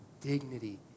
dignity